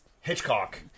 Hitchcock